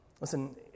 Listen